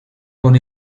con